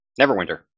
Neverwinter